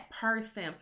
person